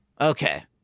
Okay